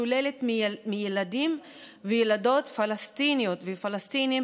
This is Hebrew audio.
שוללת מילדים וילדות פלסטיניות ופלסטינים